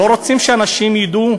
לא רוצים שאנשים ידעו?